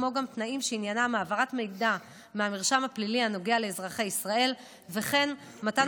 תנאים שעניינם העברת מידע מהמרשם הפלילי הנוגע לאזרחי ישראל וכן מתן